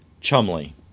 Chumley